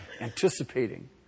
anticipating